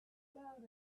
about